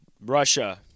Russia